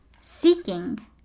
seeking